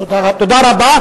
תודה רבה.